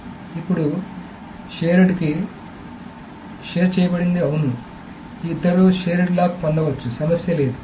అప్పుడు షేర్డ్కి షేర్ చేయబడినది అవును ఇద్దరూ షేర్డ్ లాక్ పొందవచ్చు సమస్య లేదు